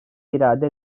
irade